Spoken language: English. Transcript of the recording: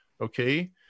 okay